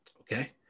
Okay